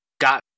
got